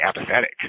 apathetic